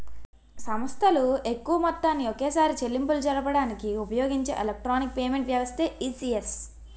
సంస్థలు ఎక్కువ మొత్తాన్ని ఒకేసారి చెల్లింపులు జరపడానికి ఉపయోగించే ఎలక్ట్రానిక్ పేమెంట్ వ్యవస్థే ఈ.సి.ఎస్